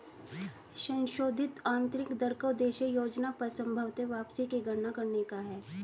संशोधित आंतरिक दर का उद्देश्य योजना पर संभवत वापसी की गणना करने का है